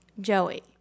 Joey